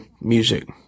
music